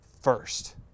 first